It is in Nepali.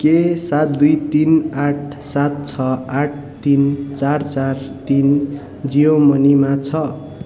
के सात दुई तिन आठ सात छ आठ तिन चार चार तिन जियो मनीमा छ